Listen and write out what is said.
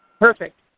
Perfect